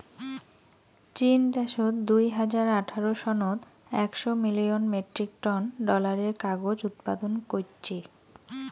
চীন দ্যাশত দুই হাজার আঠারো সনত একশ মিলিয়ন মেট্রিক টন ডলারের কাগজ উৎপাদন কইচ্চে